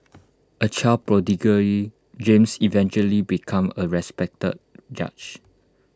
A child prodigy James eventually became A respected judge